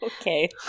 okay